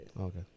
Okay